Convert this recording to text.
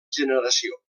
generació